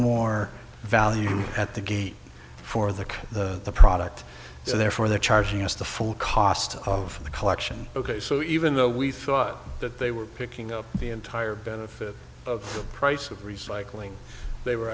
more value at the gate for the kind of the product so therefore they're charging us the full cost of the collection ok so even though we thought that they were picking up the entire benefit of the price of recycling they were